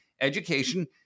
Education